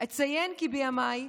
"אציין כי בימיי,